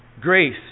grace